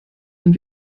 den